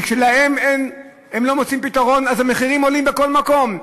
וכשלהם לא מוצאים פתרון, המחירים עולים בכל מקום.